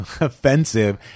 offensive